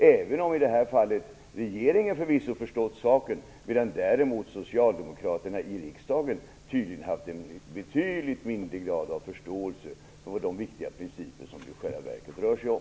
Även om regeringen i det här fallet förvisso förstått saken, har tydligen socialdemokraterna i riksdagen haft en betydligt mindre grad av förståelse för de viktiga principer som det i själva verket rör sig om.